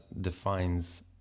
defines